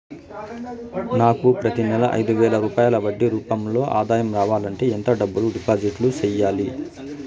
నాకు ప్రతి నెల ఐదు వేల రూపాయలు వడ్డీ రూపం లో ఆదాయం రావాలంటే ఎంత డబ్బులు డిపాజిట్లు సెయ్యాలి?